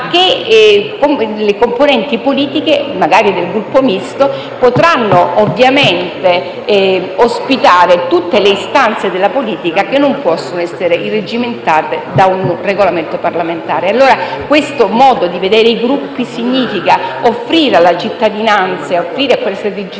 Ma le componenti politiche, magari del Gruppo Misto, potranno ovviamente ospitare tutte le istanze della politica che non possono essere irreggimentate da un Regolamento parlamentare. Questo modo di vedere i Gruppi significa che la cittadinanza, che vede in